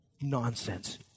nonsense